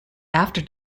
after